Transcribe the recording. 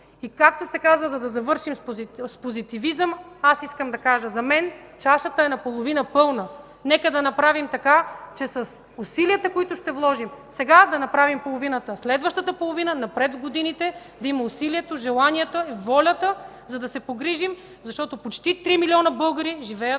И както се казва, за да завърша с позитивизъм, искам да кажа: за мен чашата е наполовина пълна. Нека да направим така, че с усилията, които ще вложим, сега да направим половината, следващата половина – напред в годините да има усилието, желанието, волята, за да се погрижим, защото почти 3 млн. българи живеят